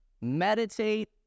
Meditate